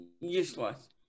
useless